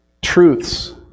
Truths